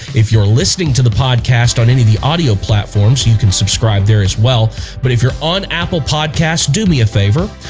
if you're listening to the podcast on any of the audio platforms, you can subscribe there as well but if you're on apple podcasts do me a favor.